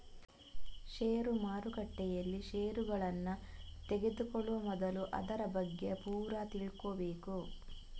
ಷೇರು ಮಾರುಕಟ್ಟೆಯಲ್ಲಿ ಷೇರುಗಳನ್ನ ತೆಗೆದುಕೊಳ್ಳುವ ಮೊದಲು ಅದರ ಬಗ್ಗೆ ಪೂರ ತಿಳ್ಕೊಬೇಕು